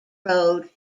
road